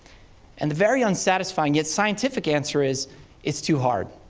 and the very unsatisfying yet scientific answer is it's too hard.